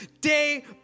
day